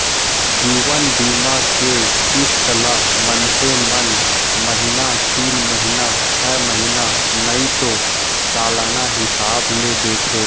जीवन बीमा के किस्त ल मनसे मन महिना तीन महिना छै महिना नइ तो सलाना हिसाब ले देथे